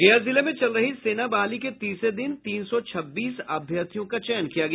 गया जिले में चल रही सेना बहाली के तीसरे दिन तीन सौ छब्बीस अभ्यर्थियों का चयन किया गया